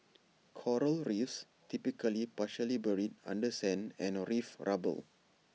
Coral reefs typically partially buried under sand and reef rubble